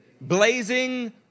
blazing